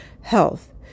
health